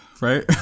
right